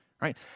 Right